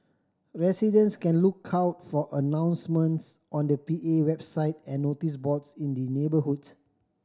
residents can look out for announcements on the P A website and notice boards in the neighbourhood